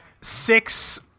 six